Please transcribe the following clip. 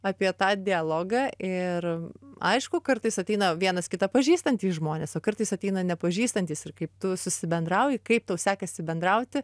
apie tą dialogą ir aišku kartais ateina vienas kitą pažįstantys žmonės o kartais ateina nepažįstantys ir kaip tu susibendrauji kaip tau sekasi bendrauti